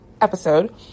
episode